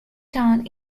town